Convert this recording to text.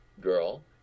girl